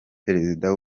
perezida